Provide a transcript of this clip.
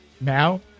Now